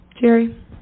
Jerry